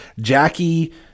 Jackie